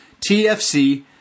TFC